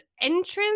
entrance